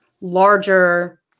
larger